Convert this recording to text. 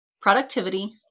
productivity